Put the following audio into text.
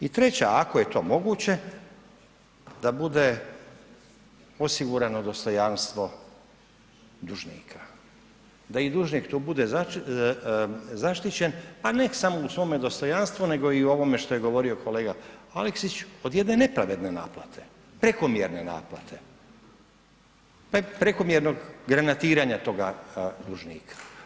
I treća ako je to moguće, da bude osigurano dostojanstvo dužnika, da i dužnik tu bude zaštićen, pa ne samo u svome dostojanstvu nego i u ovome što je govorio kolega Aleksić od jedne nepravedne naplate, prekomjerne naplate, prekomjernog granatiranja toga dužnika.